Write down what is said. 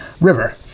River